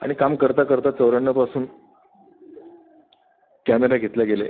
आणि काम करता करता चौऱ्याण्णवपासून कॅमेरे घेतले गेले